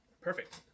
perfect